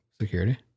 security